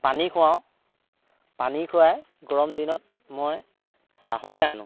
পানী খুৱাওঁ পানী খুৱাই গৰম দিনত মই ছাঁহলৈ আনো